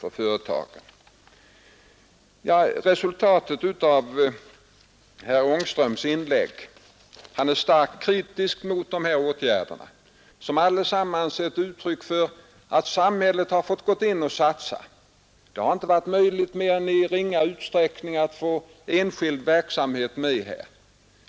Herr Ångström är starkt kritisk mot de här åtgärderna, som allesammans ändå visar att samhället har fått gå in och satsa stora belopp inom regionen. Det har inte varit möjligt mer än i begränsad utsträckning att få enskild verksamhet med i sammanhanget.